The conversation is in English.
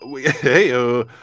hey